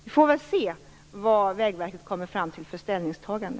Vi får väl se vad Vägverket kommer fram till för ställningstagande.